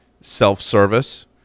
self-service